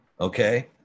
Okay